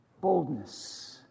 boldness